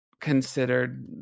considered